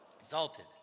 exalted